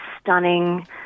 stunning